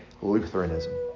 Lutheranism